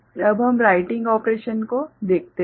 अब हम writing operation को देखते हैं